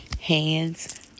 hands